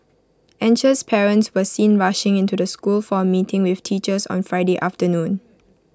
anxious parents were seen rushing into the school for A meeting with teachers on Friday afternoon